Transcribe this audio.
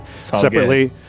separately